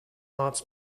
arts